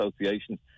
Association